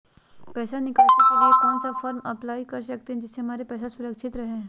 पैसा निकासी के लिए कौन सा फॉर्म अप्लाई कर सकते हैं जिससे हमारे पैसा सुरक्षित रहे हैं?